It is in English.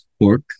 pork